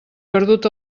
perdut